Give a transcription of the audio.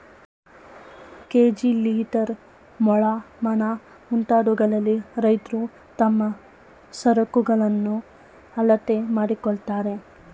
KG, litre, ಮೊಳ, ಮಣ, ಮುಂತಾದವುಗಳಲ್ಲಿ ರೈತ್ರು ತಮ್ಮ ಸರಕುಗಳನ್ನು ಅಳತೆ ಮಾಡಿಕೊಳ್ಳುತ್ತಾರೆ